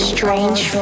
Strange